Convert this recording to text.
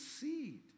seed